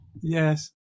yes